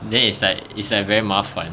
then is like is like very 麻烦